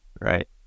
right